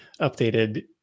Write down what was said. updated